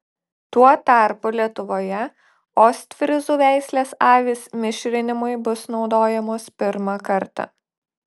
tuo tarpu lietuvoje ostfryzų veislės avys mišrinimui bus naudojamos pirmą kartą